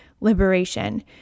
liberation